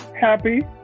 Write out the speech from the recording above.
Happy